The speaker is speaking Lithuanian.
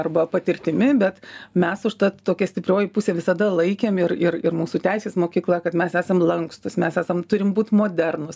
arba patirtimi bet mes užtat tokia stiprioji pusė visada laikėm ir ir ir mūsų teisės mokykla kad mes esam lankstūs mes esam turim būt modernūs